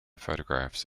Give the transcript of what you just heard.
photographs